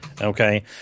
Okay